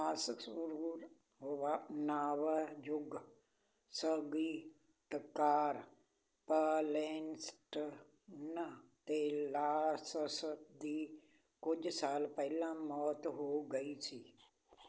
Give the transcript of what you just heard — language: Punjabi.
ਮਸ਼ਹੂਰ ਨਵਯੁੱਗ ਸੰਗੀਤਕਾਰ ਪਾਲੇਨਸਟ੍ਰਨ ਅਤੇ ਲਾਸਸ ਦੀ ਕੁਝ ਸਾਲ ਪਹਿਲਾਂ ਮੌਤ ਹੋ ਗਈ ਸੀ